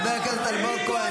חבר הכנסת אלמוג כהן.